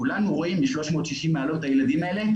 כולנו רואים מ-360 מעלות את הילדים האלה.